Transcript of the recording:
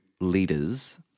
leaders